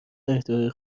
اهدای